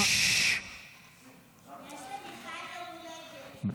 יש למיכל יום הולדת.